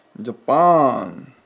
jepang